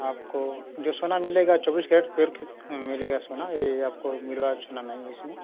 आपको जो सोना मिलेगा चौबीस केरट प्योर के मिलेगा सोना ये ही आपको मिलवा सुना नहीं है इसमें